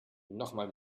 nochmal